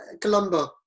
Colombo